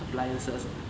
appliances ah